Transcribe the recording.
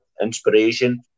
inspiration